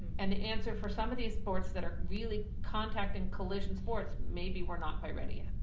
and the answer for some of these sports that are really contact and collision sports, maybe we're not quite ready yet.